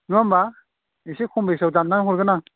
नङा होमब्ला एसे खम बेसाव दानना हरगोन आं